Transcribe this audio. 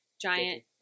Giant